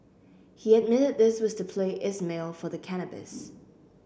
he admitted this was to pay Ismail for the cannabis